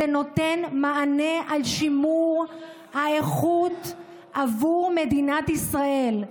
זה נותן מענה על שימור האיכות עבור מדינת ישראל.